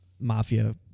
mafia